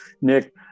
Nick